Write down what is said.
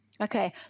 Okay